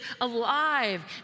alive